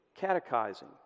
catechizing